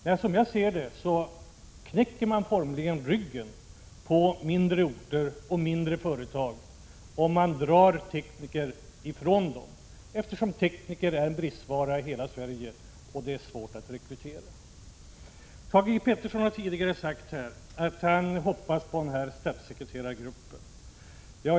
Nej, som jag ser det formligen knäcker man ryggen på mindre orter och mindre företag om man drar tekniker från dem, eftersom tekniker är en bristvara i hela Sverige och det är svårt att rekrytera tekniker. Thage G. Peterson har tidigare sagt att han hoppas på statssekreterargruppen.